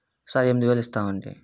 sir ఎనిమిది వేలు ఇస్తాము అండి